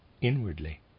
inwardly